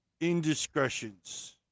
indiscretions